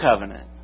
covenant